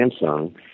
Samsung